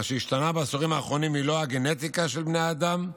מה שהשתנה בעשורים האחרונים הוא לא הגנטיקה של בני האדם,